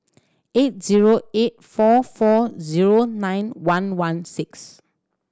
eight zero eight four four zero nine one one six